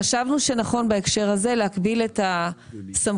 חשבנו שנכון בהקשר הזה להקביל את הסמכות